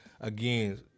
Again